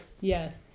Yes